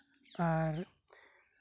ᱟᱨ